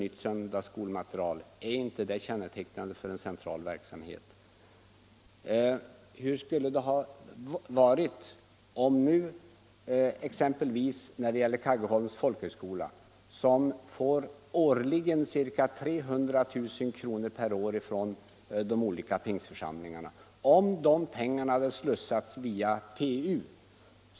= nytt söndagsskolematerial, är det då inte kännetecknande för en central — Om fördelningen av verksamhet? Kaggeholms folkhögskola får årligen ca 300 000 kr. från = detstatliga stödet till de olika pingstförsamlingarna. Hur skulle förhållandena ha varit om de — ungdomsorganisapengarna hade slussats via PU?